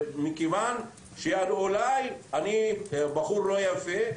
מכיוון שאולי אני בחור לא יפה,